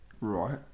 Right